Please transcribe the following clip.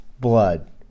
blood